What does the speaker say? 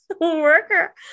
Worker